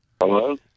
Hello